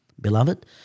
Beloved